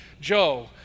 Joe